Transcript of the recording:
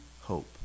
hope